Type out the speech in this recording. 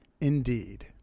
Indeed